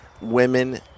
Women